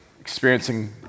Experiencing